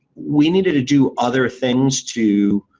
we needed to do other things to